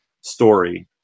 story